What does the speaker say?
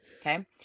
Okay